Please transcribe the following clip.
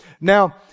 Now